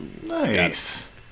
Nice